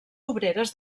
obreres